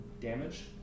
damage